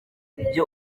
byo